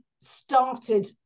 started